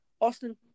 Austin